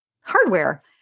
hardware